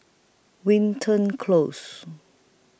Wilton Close